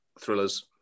thrillers